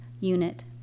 unit